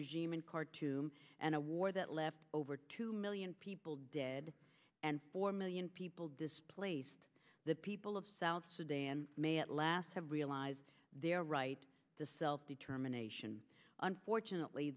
regime in khartoum and a war that left over two million people dead and four million people displaced the people of south sudan may at last have realized their right to self determination unfortunately